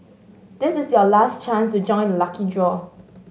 this is your last chance to join the lucky draw